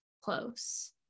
close